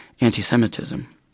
anti-Semitism